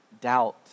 doubt